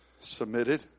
Submitted